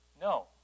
No